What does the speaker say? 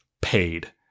paid